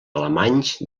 alemanys